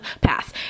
Pass